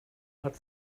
hat